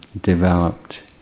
developed